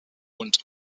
und